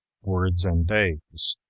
words and days.